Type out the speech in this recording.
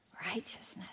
righteousness